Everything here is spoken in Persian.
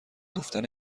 گفتن